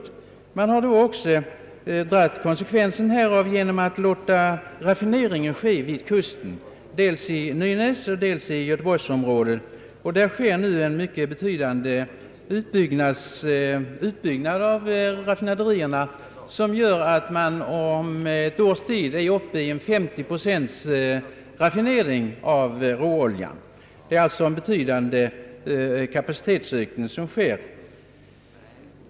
Vi har också tagit konsekvensen härav genom att låta raffineringen ske vid kusten, dels i Nynäshamn, dels i göteborgsområdet. Där sker nu en mycket betydande uibyggnad av raffinaderierna som gör att man om ett år är uppe i raffinering av 50 procent av all importerad råolja. Det är alltså en betydande kapacitetsökning som pågår.